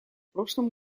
прошлом